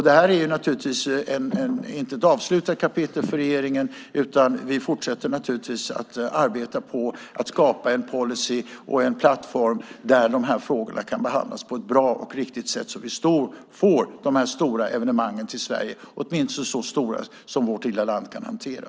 Det här är inte ett avslutat kapital för regeringen, utan man fortsätter naturligtvis att arbeta för att skapa en policy och en plattform där de här frågorna kan behandlas på ett bra och riktigt sätt så att vi får stora evenemang till Sverige, åtminstone så stora som vårt lilla land kan hantera.